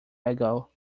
ago